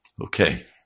Okay